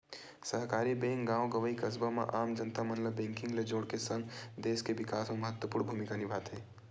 सहकारी बेंक गॉव गंवई, कस्बा म आम जनता मन ल बेंकिग ले जोड़ के सगं, देस के बिकास म महत्वपूर्न भूमिका निभाथे